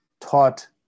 taught